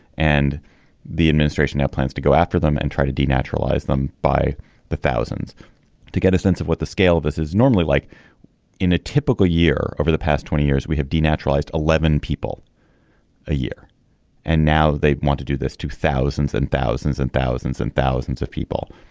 and the administration now plans to go after them and try to d naturalized them by the thousands to get a sense of what the scale of this is normally like in a typical year. over the past twenty years we have d naturalized eleven people a year and now they want to do this to thousands and thousands and thousands and thousands of people.